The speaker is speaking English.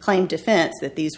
claim defense that these